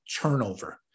turnover